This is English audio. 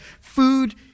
food